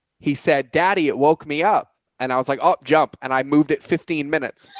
he said, daddy, it woke me up and i was like, oh, jump. and i moved at fifteen minutes.